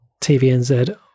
TVNZ